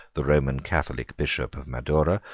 the roman catholic bishop of madura,